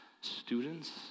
students